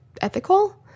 ethical